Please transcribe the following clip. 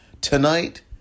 Tonight